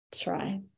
try